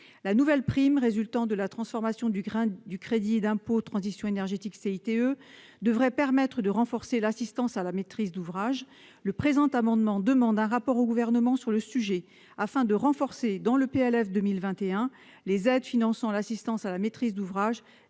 la nouvelle prime résultant de la transformation du grain, du crédit d'impôt, transition énergétique CTE devrait permettre de renforcer l'assistance à la maîtrise d'ouvrage, le présent amendement demande un rapport au gouvernement sur le sujet afin de renforcer dans le PLF 2021 les aides finançant l'assistance à la maîtrise d'ouvrage,